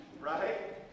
right